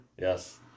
Yes